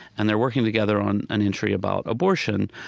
and they're working together on an entry about abortion,